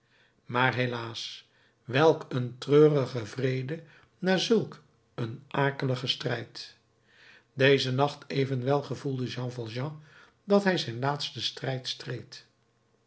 maar helaas welk een treurige vrede na zulk een akeligen strijd dezen nacht evenwel gevoelde jean valjean dat hij zijn laatsten strijd streed